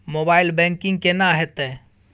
Mobile banking केना हेते?